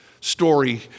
story